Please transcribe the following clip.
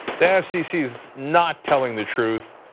the fcc is not telling the truth,